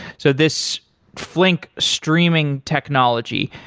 so this flink streaming technology,